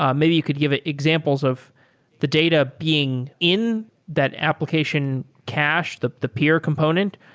um maybe you could give ah examples of the data being in that application cache, the the peer component,